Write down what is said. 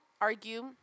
argue